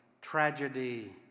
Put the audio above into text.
tragedy